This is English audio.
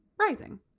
rising